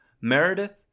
Meredith